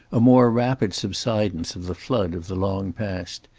a more rapid subsidence of the flood of the long past.